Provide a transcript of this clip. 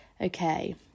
Okay